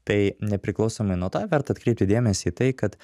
tai nepriklausomai nuo to verta atkreipti dėmesį į tai kad